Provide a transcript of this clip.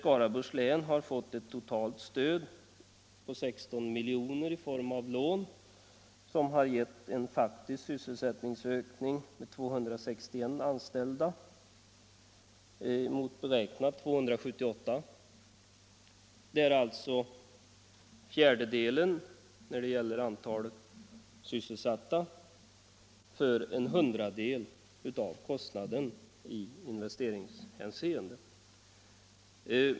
Skaraborgs län har fått ett totalt stöd på 16 miljoner i form av lån som har gett en faktisk sysselsättningsökning med 261 anställda mot beräknat 278. Där har man alltså fått ut en fjärdedel av antalet sysselsatta för en hundradel av kostnaden i investeringshänseende.